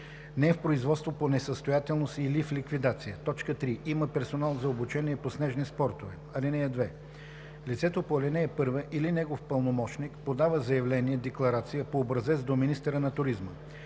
не е в производство по несъстоятелност или в ликвидация; 3. има персонал за обучение по снежни спортове. (2) Лицето по ал. 1 или негов пълномощник подава заявление декларация по образец до министъра на туризма.